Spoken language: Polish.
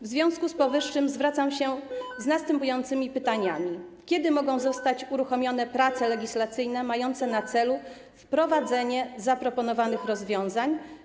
W związku z powyższym zwracam się z następującymi pytaniami: Kiedy mogą zostać uruchomione prace legislacyjne mające na celu wprowadzenie zaproponowanych rozwiązań?